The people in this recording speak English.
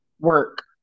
work